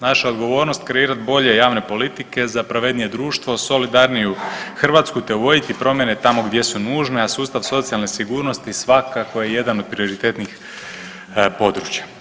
Naša je odgovornost kreirat bolje javne politike za pravednije društvo, solidarniju Hrvatsku te uvoditi promjene tamo gdje su nužne, a sustav socijalne sigurnosti svakako je jedan od prioritetnih područja.